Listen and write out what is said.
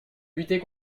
lutter